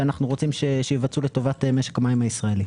שאנחנו רוצים שיבצעו לטובת משק המים הישראלי.